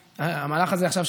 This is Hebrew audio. המהלך הזה עכשיו,